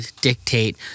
dictate